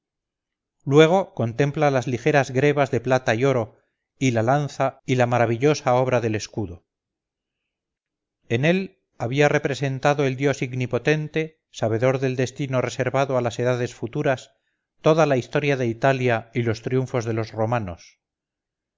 luego contempla las ligeras grebas de plata y oro y la lanza y la maravillosa obra del escudo en él había representado el dios ignipotente sabedor del destino reservado a las edades futuras toda la historia de italia y los triunfos de los romanos